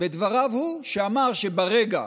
בדבריו שלו, שאמר שברגע